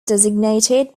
designated